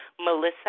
Melissa